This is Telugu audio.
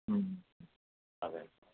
అదే